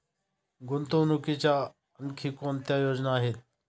गुंतवणुकीच्या आणखी कोणत्या योजना आहेत?